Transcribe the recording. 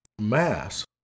Mass